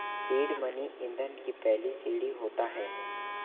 seed money ईंधन की पहली सीढ़ी होता है